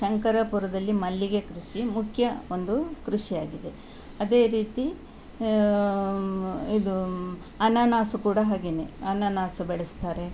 ಶಂಕರಪುರದಲ್ಲಿ ಮಲ್ಲಿಗೆ ಕೃಷಿ ಮುಖ್ಯ ಒಂದು ಕೃಷಿಯಾಗಿದೆ ಅದೇ ರೀತಿ ಇದು ಅನಾನಸು ಕೂಡ ಹಾಗೆಯೇ ಅನಾನಸು ಬೆಳೆಸ್ತಾರೆ